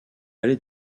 palais